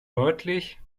deutlich